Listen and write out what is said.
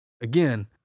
Again